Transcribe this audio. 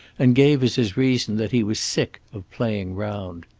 and gave as his reason that he was sick of playing round.